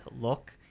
look